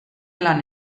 lan